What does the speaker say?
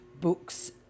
books